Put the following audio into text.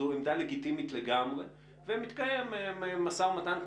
זו עמדה לגיטימית לגמרי ומתקיים משא ומתן,